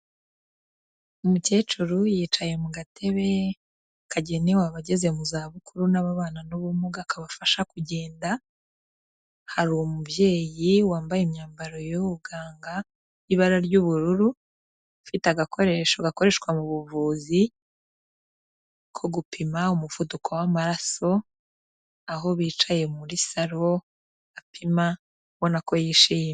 Umukecuru yicaye mu gatebe kagenewe abageze mu zabukuru n'ababana n'ubumuga kabafasha kugenda, hari umubyeyi wambaye imyambaro y'ubuganga, ibara ry'ubururu, ufite agakoresho gakoreshwa mu buvuzi ko gupima umuvuduko w'amaraso, aho bicaye muri saloo apima ubonako yishimye.